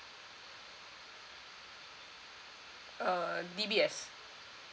uh D_B_S